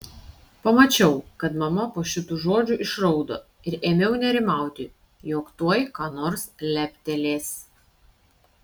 pamačiau kad mama po šitų žodžių išraudo ir ėmiau nerimauti jog tuoj ką nors leptelės